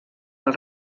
els